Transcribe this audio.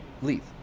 Leave